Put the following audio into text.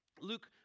Luke